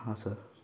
हां सर